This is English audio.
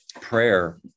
prayer